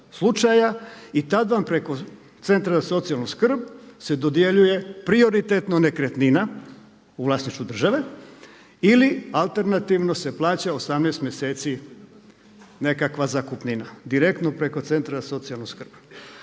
i tad vam preko centra za socijalnu skrb se dodjeljuje prioritetno nekretnina u vlasništvu države ili alternativno se plaća 18 mjeseci nekakva zakupnina direktno preko centra za socijalnu skrb.